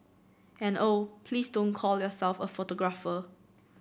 and oh please don't call yourself a photographer